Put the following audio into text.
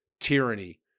tyranny